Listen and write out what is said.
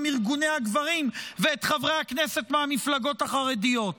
"ארגוני הגברים" ואת חברי הכנסת מהמפלגות החרדיות,